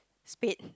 spade